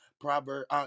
Proverb